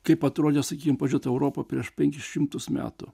kaip atrodė sakykim pajutau europą prieš penkis šimtus metų